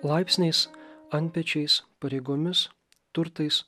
laipsniais antpečiais pareigomis turtais